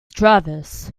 travis